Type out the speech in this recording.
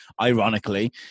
ironically